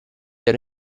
ero